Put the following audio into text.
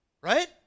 Right